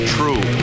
True